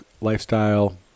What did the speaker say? lifestyle